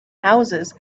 houses